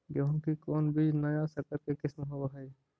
गेहू की कोन बीज नया सकर के किस्म होब हय?